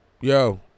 Yo